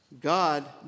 God